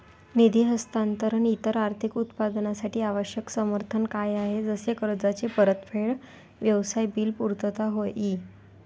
निधी हस्तांतरण इतर आर्थिक उत्पादनांसाठी आवश्यक समर्थन कार्य आहे जसे कर्जाची परतफेड, व्यवसाय बिल पुर्तता होय ई